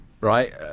right